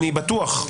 אני בטוח.